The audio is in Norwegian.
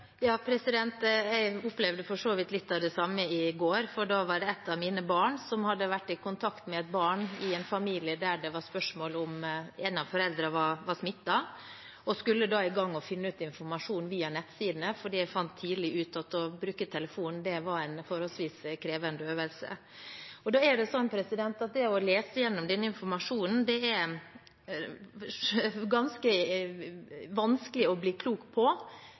Jeg opplevde for så vidt litt av det samme i går. Da var det ett av mine barn som hadde vært i kontakt med et barn i en familie der det var spørsmål om en av foreldrene var smittet, og de skulle i gang med å finne informasjon via nettsidene, fordi de fant tidlig ut at det å bruke telefonen var en forholdsvis krevende øvelse. Ved å lese igjennom denne informasjonen var det ganske vanskelig å